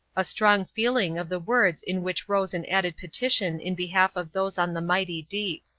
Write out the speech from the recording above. a strong feeling of the words in which rose an added petition in behalf of those on the mighty deep.